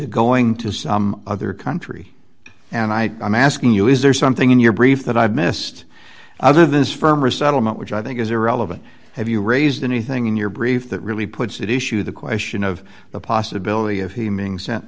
going to some other country and i am asking you is there something in your brief that i've missed either this firm or settlement which i think is irrelevant have you raised anything in your brief that really puts it issue the question of the possibility of him being sent